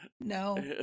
no